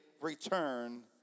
return